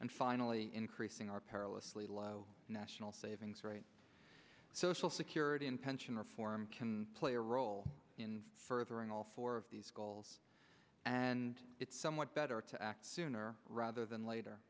and finally increasing our perilously low national savings rate social security and pension reform can play a role in furthering all four of these goals and it's somewhat better to act sooner rather than later